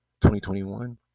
2021